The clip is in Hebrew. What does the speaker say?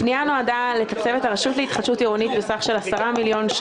הפנייה נועדה לתקצב את הרשות להתחדשות עירונית בסך של 10,411